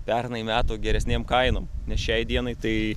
pernai metų geresnėm kainom nes šiai dienai tai